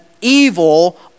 evil